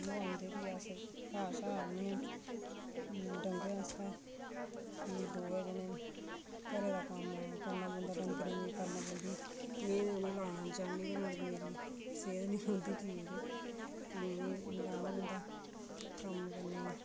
ओह् औंदे फ्ही अस घाह् छा आह्नने डंगरे आस्तै फ्ही दोऐ जनें घरे दा कम्म करना पौंदा डंगरे बी करना पौंदी में ते उनें लाना नी चाह्नी मगर मेरी सेहत नी रौंह्दी ठीक फ्ही उनें लाना पौंदा कम्म करने